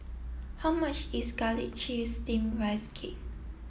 how much is Garlic Chives Steamed Rice Cake